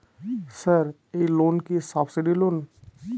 Sir এই loan কি subsidy loan?